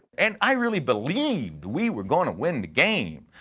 and i really believed we were gonna win the game.